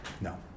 No